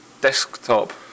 desktop